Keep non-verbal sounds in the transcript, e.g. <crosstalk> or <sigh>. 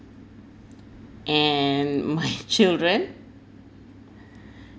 and my children <breath>